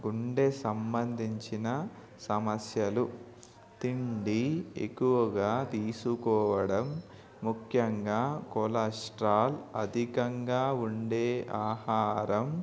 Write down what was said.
గుండె సంబంధించిన సమస్యలు తిండి ఎక్కువగా తీసుకోవడం ముఖ్యంగా కొలెస్ట్రాల్ అధికంగా ఉండే ఆహారం